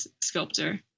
sculptor